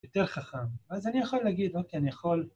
יותר חכם. אז אני יכול להגיד, אוקיי, אני יכול...